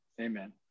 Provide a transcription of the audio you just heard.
Amen